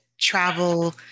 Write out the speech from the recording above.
travel